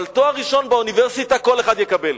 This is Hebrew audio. אבל תואר ראשון באוניברסיטה כל אחד יקבל,